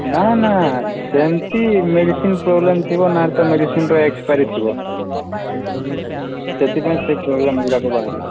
ନାଁ ନାଁ ସେମିତି ମେଡିସିନ ପ୍ରୋବ୍ଲେମ ଥିବ ନା ତ ମେଡିସିନର ଏକ୍ସପାରୀ ଥିବ ସେଥିପାଇଁ ସେ ପ୍ରୋବ୍ଲେମଗୁଡ଼ାକ ବାହାରୁଛି